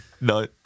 No